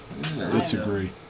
Disagree